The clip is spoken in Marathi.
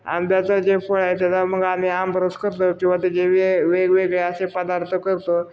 आंब्याचं जे फळ आहे त्या मग आम्ही आमरस करतो किंवा त्याचे वेग वेगवेगळे असे पदार्थ करतो